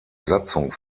satzung